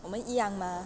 我们一样嘛